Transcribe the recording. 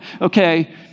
Okay